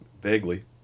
vaguely